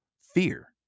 fear